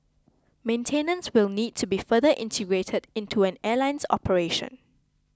maintenance will need to be further integrated into an airline's operation